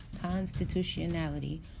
constitutionality